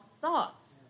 thoughts